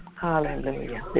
Hallelujah